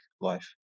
life